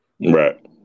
Right